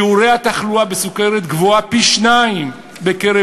שיעורי התחלואה בסוכרת גבוהים פי-שניים בקרב